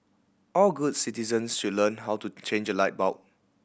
all good citizens should learn how to change a light bulb